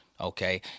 Okay